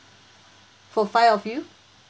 for five of you